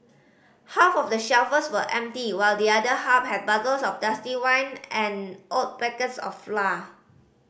half of the shelves were empty while the other half had bottles of dusty wine and old packets of flour